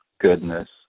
goodness